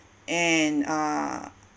and uh